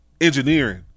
engineering